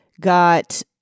got